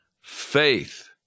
faith